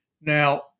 Now